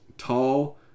Tall